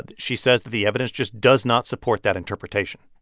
ah she says that the evidence just does not support that interpretation.